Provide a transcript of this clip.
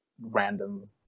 random